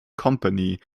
company